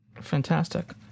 Fantastic